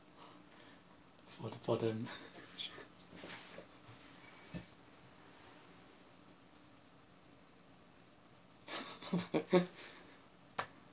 for for them